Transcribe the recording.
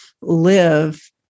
live